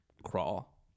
Crawl